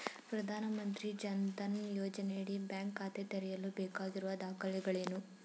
ಪ್ರಧಾನಮಂತ್ರಿ ಜನ್ ಧನ್ ಯೋಜನೆಯಡಿ ಬ್ಯಾಂಕ್ ಖಾತೆ ತೆರೆಯಲು ಬೇಕಾಗಿರುವ ದಾಖಲೆಗಳೇನು?